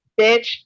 bitch